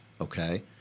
okay